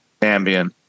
Ambien